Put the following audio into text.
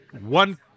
one